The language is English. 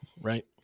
right